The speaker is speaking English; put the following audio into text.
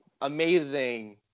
amazing